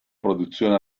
produzione